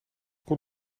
kon